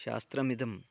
शास्त्रमिदं